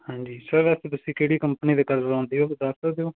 ਹਾਂਜੀ ਸਰ ਤੁਸੀਂ ਕਿਹੜੀ ਕੰਪਨੀ ਦੇ ਕਲਰ ਲਾਉਂਦੇ ਹੋ ਵੀ ਦੱਸ ਸਕਦੇ ਹੋ